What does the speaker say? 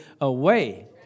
away